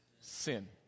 sin